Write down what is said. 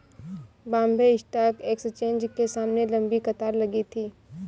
Bombay stock exchange के सामने लंबी कतार लगी थी